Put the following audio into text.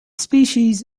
species